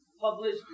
published